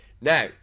Now